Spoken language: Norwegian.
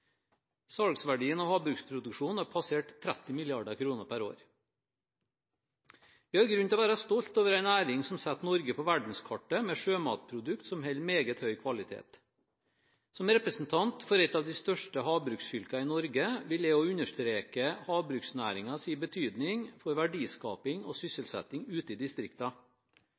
Salgsverdien av havbruksproduksjonen har passert 30 mrd. kr per år. Vi har grunn til å være stolte over en næring som setter Norge på verdenskartet, med sjømatprodukter som holder meget høy kvalitet. Som representant for et av de største havbruksfylkene i Norge vil jeg også understreke havbruksnæringens betydning for verdiskaping og sysselsetting ute i